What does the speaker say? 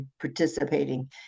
participating